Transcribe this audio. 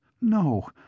No